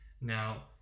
Now